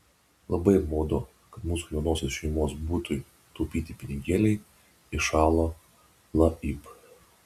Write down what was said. labai apmaudu kad mūsų jaunosios šeimos butui taupyti pinigėliai įšalo laib